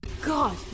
God